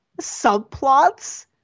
subplots